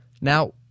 Now